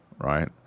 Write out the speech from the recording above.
right